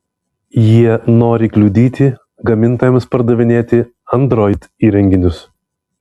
jie nori kliudyti gamintojams pardavinėti android įrenginius